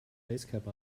basecap